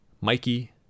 Mikey